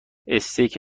استیک